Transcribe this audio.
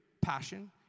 passion